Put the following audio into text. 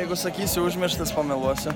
jeigu sakysiu užmirštas pameluosiu